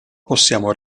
possiamo